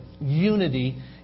unity